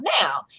Now